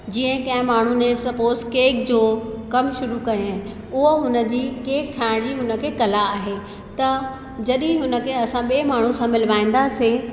जीअं कंहिं माण्हू ने सपोस केक जो कम शुरू कए उहो हुन जी केक ठाहिण जी हुन खे कला आहे त जॾहिं हुन खे असां ॿिए माण्हू सां मिलवाईंदासीं